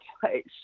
place